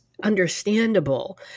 understandable